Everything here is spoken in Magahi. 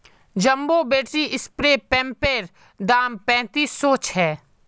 जंबो बैटरी स्प्रे पंपैर दाम पैंतीस सौ छे